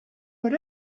put